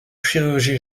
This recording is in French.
chirurgie